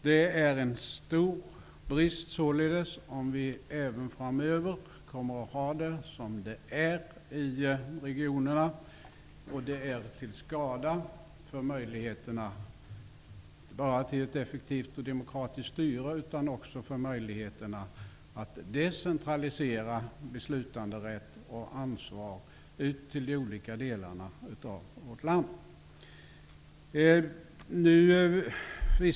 Det är således en stor brist om vi även framöver kommer att ha det som det nu är i regionerna. Det är inte bara till skada för möjligheterna till ett effektivt och demokratiskt styre, utan också för möjligheterna att decentralisera beslutanderätt och ansvar ut till de olika delarna av vårt land.